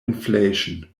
inflation